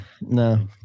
no